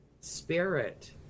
Spirit